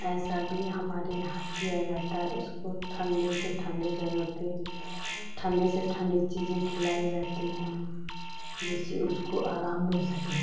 ऐसा भी हमारे यहाँ किया जाता है उसको ठंडे से ठंडे जगह पर ठंडी से ठंडी चीजें खिलाई जाती हैं जिससे उसको आराम मिल सके